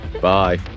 bye